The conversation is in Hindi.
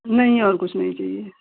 नहीं और कुछ नहीं चाहिए